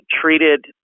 treated